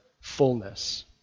fullness